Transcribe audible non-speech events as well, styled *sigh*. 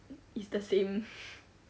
it's the same *laughs*